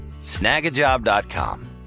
Snagajob.com